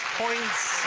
points.